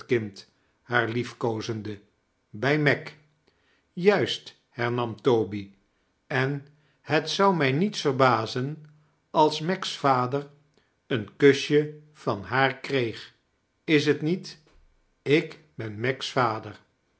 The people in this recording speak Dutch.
haar liefkoozende bij meg juist hernam toby en het zou mij niets verbazen als meg's vader een kusje van haar kreeg is t niet ik ben meg's vader